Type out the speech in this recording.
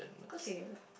kay wh~